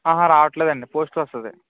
అహ రావట్లేదండి పోస్ట్లో వస్తుంది